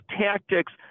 tactics